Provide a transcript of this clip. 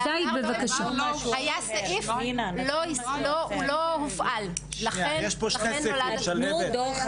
בעבר היה סעיף, הוא לא הופעל, לכן נולד התיקון.